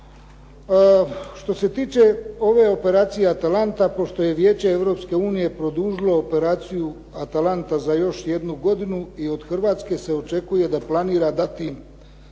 Što se tiče ove operacije "Atalanta" pošto je Vijeće Europske unije produžilo operaciju "Atalanta" za još jednu godinu i od Hrvatske se očekuje da planira dati